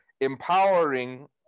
empowering